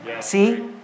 See